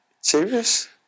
Serious